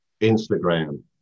Instagram